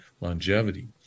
longevity